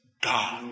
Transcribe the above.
God